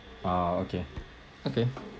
ah okay okay